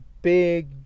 big